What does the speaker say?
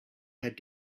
had